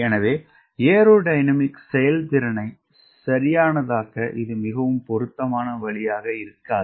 எனவே ஏரோடைனமிக் செயல்திறனை சரியானதாக்க இது மிகவும் பொருத்தமான வழியாக இருக்காது